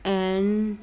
N